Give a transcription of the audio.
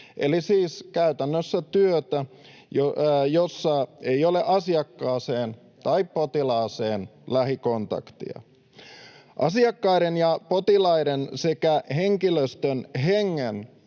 eli siis käytännössä työtä, jossa ei ole asiakkaaseen tai potilaaseen lähikontaktia. Asiakkaiden ja potilaiden sekä henkilöstön hengen